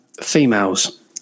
females